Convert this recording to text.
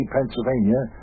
Pennsylvania